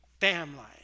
family